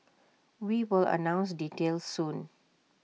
we will announce details soon